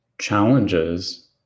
challenges